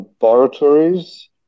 Laboratories